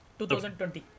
2020